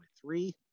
three